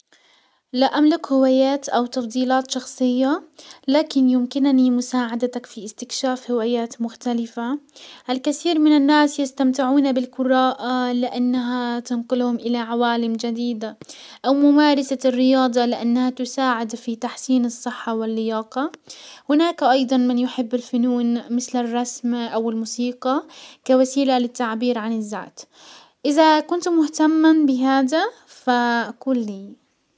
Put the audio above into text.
لا املك هوايات او تفضيلات شخصية، لكن يمكنني مساعدتك في استكشاف هوايات مختلفة. الكثير من الناس يستمتعون بالقراءة لانها تنقلهم الى عوالم جديدة او ممارسة الرياضة لانها تساعد في تحسين الصحة واللياقة. هناك ايضا من يحب الفنون مسل الرسم او الموسيقى كوسيلة للتعبير عن الذات. ازا كنت مهتما بهذا فقل لي.